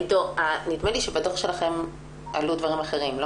נדמה לי שבדוח של המרכז עלו דברים אחרים.